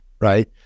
right